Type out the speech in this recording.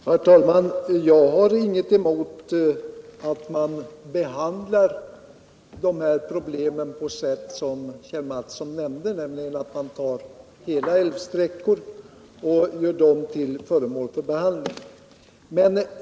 Herr talman! Jag har inget emot att man behandlar dessa problem på det sätt som Kjell Mattsson nämnde, nämligen genom att göra hela älvsträckor till föremål för behandling.